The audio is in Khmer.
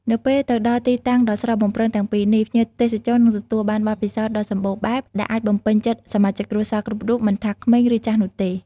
នៅពេលទៅដល់ទីតាំងដ៏ស្រស់បំព្រងទាំងពីរនេះ ភ្ញៀវទេសចរនឹងទទួលបានបទពិសោធន៍ដ៏សម្បូរបែបដែលអាចបំពេញចិត្តសមាជិកគ្រួសារគ្រប់រូបមិនថាក្មេងឬចាស់នោះទេ។